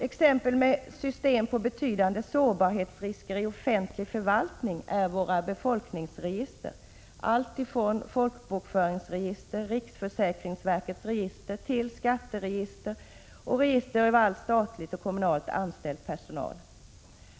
Exempel på systemen i offentlig förvaltning med betydande sårbarhetsrisker är våra befolkningsregister, alltifrån folkbokföringsregister, riksförsäkringsverkets register till skatteregister och register över all statligt och kommunalt anställt personal.